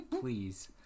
please